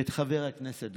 ופעלו ופרנסו